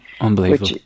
Unbelievable